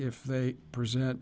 if they present